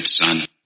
son